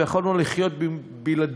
ויכולנו לחיות בלעדיו,